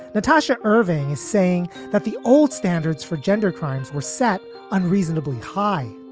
natasha irving is saying that the old standards for gender crimes were set unreasonably high.